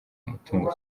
umutungo